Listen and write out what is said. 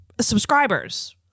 subscribers